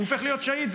הוא הופך להיות שהיד.